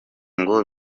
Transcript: ngo